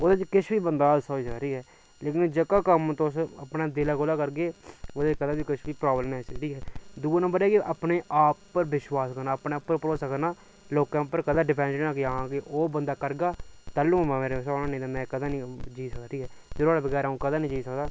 ओह्दे च किश बी बंदा सोचदा ठीक ऐ लेकिन जेह्का बी कम्म तुस अपने दिल लाइयै करगे ते ओह्दे च किश बी तुसेंगी कोई प्रॉब्लम नीं आई सकदी ठीक ऐ दूआ नम्बर एह् ऐ कि अपने आप उप्पर विश्वास करना अपने उप्पर भरोसा करना लोकें उप्पर कदें बी डिपैंड नीं रौह्ना कि हां ओह् बंदा करगा तैलूं गै में करना ते में ओह्दे बगैर में कदें नीं जी सकदा